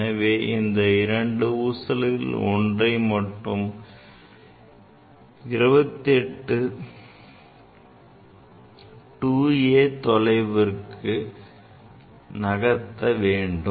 இங்கு உள்ள இரண்டு ஊசல்களில் ஒன்றை மட்டும் 2a தொலைவிற்கு நகர்த்த வேண்டும்